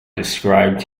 described